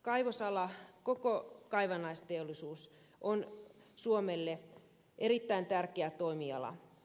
kaivosala koko kaivannaisteollisuus on suomelle erittäin tärkeä toimiala